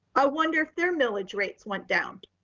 i wonder if their millage rates went down,